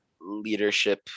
leadership